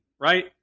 right